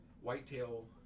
Whitetail